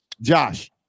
Josh